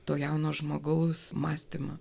to jauno žmogaus mąstymą